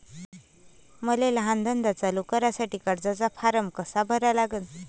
मले लहान धंदा चालू करासाठी कर्जाचा फारम कसा भरा लागन?